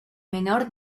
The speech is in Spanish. menor